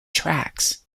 tracks